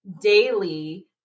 daily